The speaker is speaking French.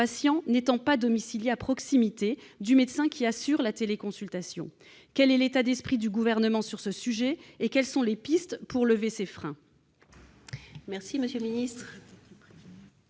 patients n'étant pas domiciliés à proximité du médecin qui assure la téléconsultation. Quel est l'état d'esprit du Gouvernement sur ce sujet, et quelles pistes sont envisagées pour lever ces freins ?